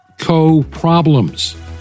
co-problems